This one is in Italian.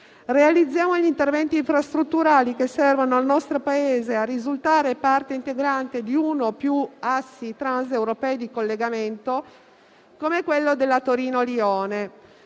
realizziamo gli interventi infrastrutturali che servono al nostro Paese per risultare parte integrante di uno o più assi transeuropei di collegamento, come quello della Torino-Lione,